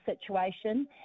situation